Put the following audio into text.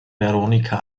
veronika